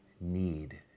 need